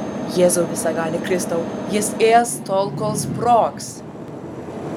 jėzau visagali kristau jis ės tol kol sprogs